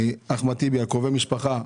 ואחמד טיבי על קרובי משפחה,